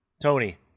Tony